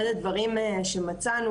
אחד הדברים שמצאנו,